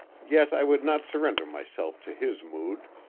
yet i would not surrender myself to his mood,